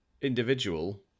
individual